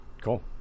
cool